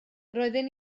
roedden